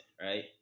Right